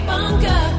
Bunker